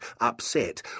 upset